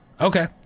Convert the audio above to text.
Okay